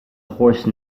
horse